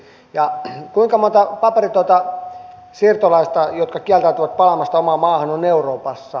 ja kuinka monta paperitonta siirtolaista jotka kieltäytyvät palaamasta omaan maahansa on euroopassa